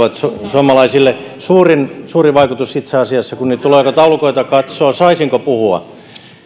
suomalaisille suurin vaikutus kun tulonjakotaulukoita katsoo saisinko puhua